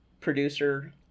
producer